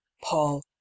paul